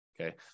okay